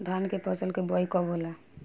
धान के फ़सल के बोआई कब होला?